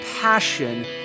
passion